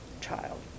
child